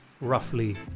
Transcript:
roughly